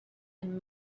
and